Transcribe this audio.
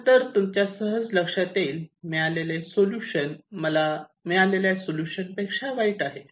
त्यानंतर तुमच्या सहज लक्षात येईल मिळालेले सोल्युशन मला मिळालेल्या सोलुशन पेक्षा वाईट आहे